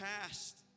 past